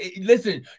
listen